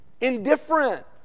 Indifferent